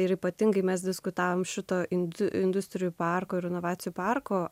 ir ypatingai mes diskutavome šito industrijų parko ir inovacijų parko